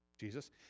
Jesus